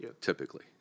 typically